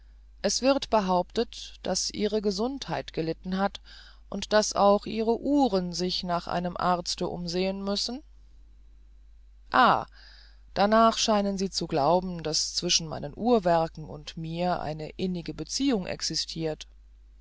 es wird allgemein behauptet daß ihre gesundheit gelitten hat und daß auch ihre uhren sich nach einem arzte umsehen müssen ah danach scheinen sie zu glauben daß zwischen meinen uhrwerken und mir eine innige beziehung existirt